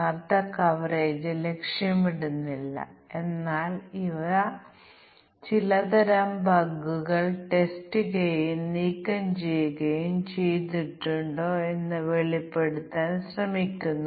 ഇന്ന് പ്രത്യേക മൂല്യ പരിശോധന എന്ന് വിളിക്കപ്പെടുന്ന മറ്റൊരു ബ്ലാക്ക് ബോക്സ് ടെസ്റ്റിംഗ് തന്ത്രം ഞങ്ങൾ നോക്കുന്നു